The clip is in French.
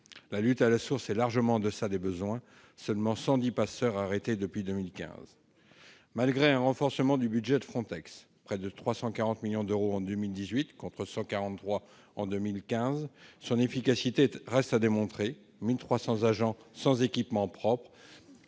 La lutte à la source est largement en deçà des besoins : seuls 110 passeurs ont été arrêtés depuis 2015. Malgré un renforcement du budget de FRONTEX, près de 340 millions d'euros en 2018 contre 143 millions en 2015, son efficacité reste à démontrer, avec 1 300 agents sans équipement propre